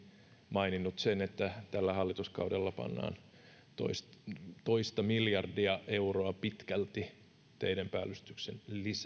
maininnut sen että tällä hallituskaudella pannaan pitkälti toista miljardia euroa teiden päällystyksen